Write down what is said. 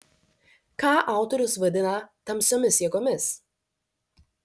ką autorius vadina tamsiomis jėgomis